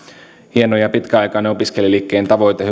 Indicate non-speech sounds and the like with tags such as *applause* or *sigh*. hieno ja pitkäaikainen opiskelijaliikkeen tavoite *unintelligible*